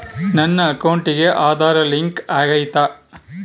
ನನ್ನ ಅಕೌಂಟಿಗೆ ಆಧಾರ್ ಲಿಂಕ್ ಆಗೈತಾ?